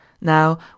Now